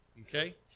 Okay